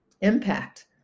impact